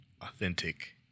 authentic